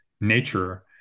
nature